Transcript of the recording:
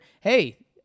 Hey